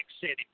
City